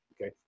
okay